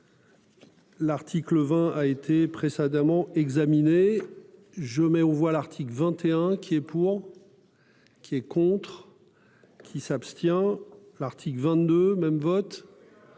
L'article 20 a été précédemment examiner. Je mets aux voix l'article 21 qui est pour. Qui est contre. Qui s'abstient. L'article 22 même votre.